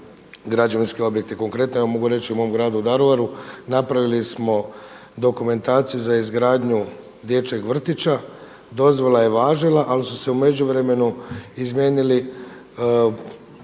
građevinske objekte. Konkretno ja vam mogu reći u mom gradu Daruvaru napravili smo dokumentaciju za izgradnju dječjeg vrtića, dozvola je važila, ali su se u međuvremenu izmijenili propisi,